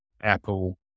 apple